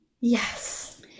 Yes